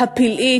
הפלאית,